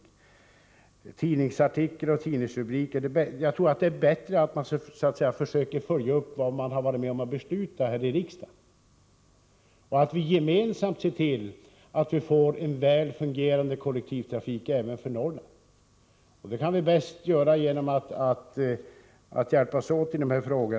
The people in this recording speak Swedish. I fråga om tidningsartiklar och tidningsrubriker vill jag säga att jag tror det är bättre att man försöker följa upp vad man har varit med om att besluta här i riksdagen och att vi gemensamt ser till att få en väl fungerande kollektivtrafik även för Norrland. Det kan bäst göras genom att vi hjälps åt i de här frågorna.